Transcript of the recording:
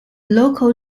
local